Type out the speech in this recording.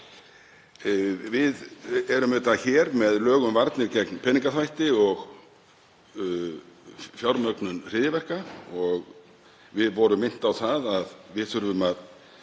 Við erum hér með lög um varnir gegn peningaþvætti og fjármögnun hryðjuverka og vorum minnt á að við þurfum að